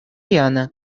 янӑ